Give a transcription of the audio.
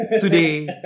today